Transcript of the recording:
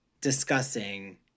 discussing